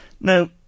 Now